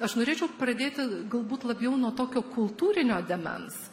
aš norėčiau pradėti galbūt labiau nuo tokio kultūrinio dėmens